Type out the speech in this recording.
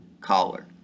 collar